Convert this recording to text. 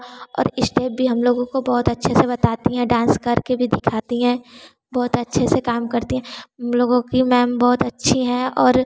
और इश्टेप भी हम लोगों को बहुत अच्छे से बताती हैं डांस करके भी दिखाती हैं बहुत अच्छे से काम करती हैं हम लोगों की मैंम बहुत अच्छी हैं और